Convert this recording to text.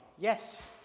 Yes